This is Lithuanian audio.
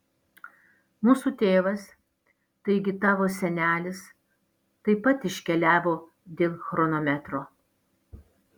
mūsų tėvas taigi tavo senelis taip pat iškeliavo dėl chronometro